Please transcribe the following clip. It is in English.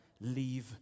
leave